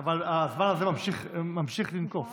אבל הזמן הזה ממשיך לנקוף.